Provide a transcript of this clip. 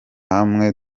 hamwe